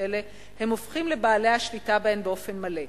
אלה הם הופכים לבעלי השליטה בהן באופן מלא,